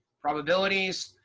probabilities,